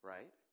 Right